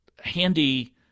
handy